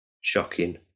shocking